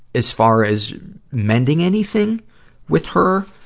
as far as mending anything with her.